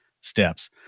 steps